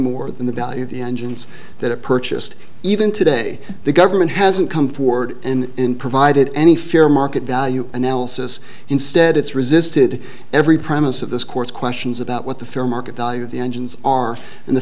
of the engines that are purchased even today the government hasn't come forward and in provided any fair market value analysis instead it's resisted every promise of this court's questions about what the fair market value of the engines are and the